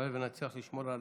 הלוואי שנצליח לשמור על